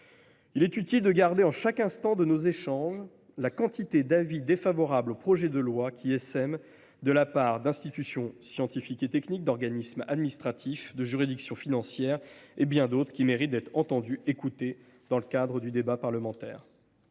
Il est utile de garder à l’esprit à chaque instant de nos échanges la quantité d’avis défavorables au projet de loi qui émanent d’institutions scientifiques et techniques, d’organismes administratifs, de juridictions financières, et j’en passe, avis qui méritent d’être entendus à l’occasion de ce débat parlementaire.